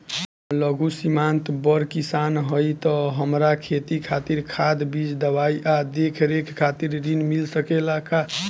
हम लघु सिमांत बड़ किसान हईं त हमरा खेती खातिर खाद बीज दवाई आ देखरेख खातिर ऋण मिल सकेला का?